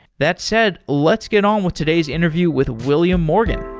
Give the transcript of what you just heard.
that said, let's get on with today's interview with william morgan